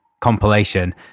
compilation